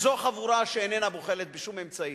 זו חבורה שאיננה בוחלת בשום אמצעי.